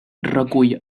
recull